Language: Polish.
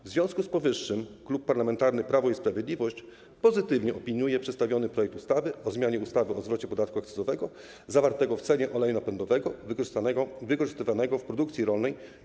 W związku z powyższym Klub Parlamentarny Prawo i Sprawiedliwość pozytywnie opiniuje przedstawiony projekt ustawy o zmianie ustawy o zwrocie podatku akcyzowego zawartego w cenie oleju napędowego wykorzystywanego do produkcji rolnej.